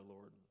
Lord